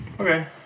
okay